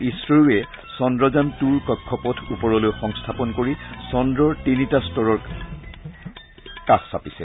ISRO য়ে চন্দ্ৰযানটোৰ কক্ষপথ ওপৰলৈ সংস্থাপন কৰি চন্দ্ৰৰ তিনিটা স্তৰৰ কাষ চাপিছে